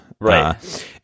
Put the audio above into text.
Right